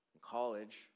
college